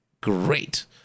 great